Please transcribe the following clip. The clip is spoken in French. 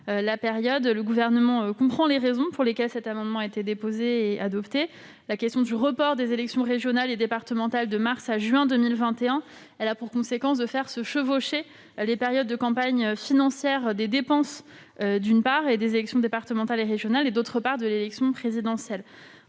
Le Gouvernement comprend les raisons pour lesquelles cet amendement a été déposé et adopté. Le report des élections régionales et départementales de mars à juin 2021 a pour conséquence de faire se chevaucher les périodes de campagne financière des dépenses, d'une part, des élections départementales et régionales et, d'une part, de l'élection présidentielle.